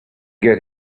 get